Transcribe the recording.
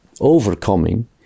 overcoming